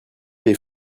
des